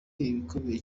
igikomeye